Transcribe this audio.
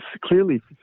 Clearly